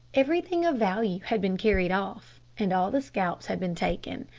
everything of value had been carried off, and all the scalps had been taken.